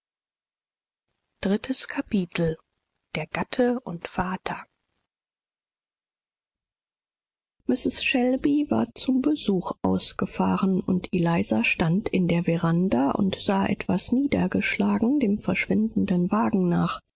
drittes kapitel der gatte und vater mistreß shelby hatte das haus verlassen um ihren besuch zu machen und elisa stand in der veranda des hauses und schaute traurig dem fortfahrenden wagen nach